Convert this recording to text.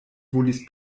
volis